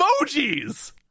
emojis